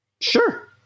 sure